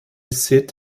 seat